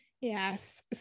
Yes